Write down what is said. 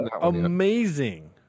amazing